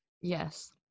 Yes